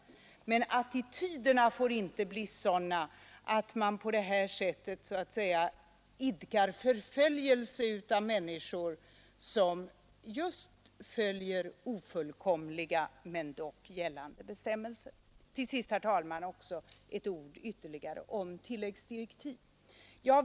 Men attityderna får inte bli sådana att man på det här sättet idkar förföljelse av människor som just följer ofullkomliga men dock gällande bestäm Till sist, herr talman, ytterligare några ord om tilläggsdirektiv.